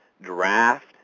draft